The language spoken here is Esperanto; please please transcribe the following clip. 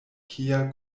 kia